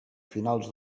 finals